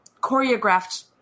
choreographed